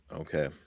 Okay